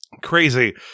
crazy